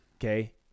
okay